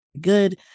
good